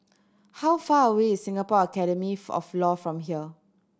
how far away is Singapore Academy of Law from here